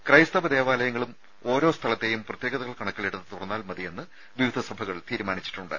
ക്രൈസ്തവ ദേവാലയങ്ങളും ഓരോ സ്ഥലത്തെയും പ്രത്യേകതകൾ കണക്കിലെടുത്ത് തുറന്നാൽ മതിയെന്ന് വിവിധ സഭകൾ തീരുമാനിച്ചിട്ടുണ്ട്